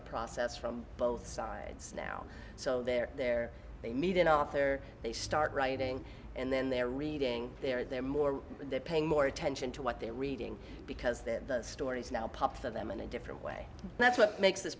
the process from both sides now so they're there they need an author they start writing and then they're reading they're more they're paying more attention to what they're reading because the stories now pop to them in a different way that's what makes this